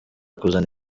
kuzana